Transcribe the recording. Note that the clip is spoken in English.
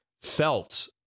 felt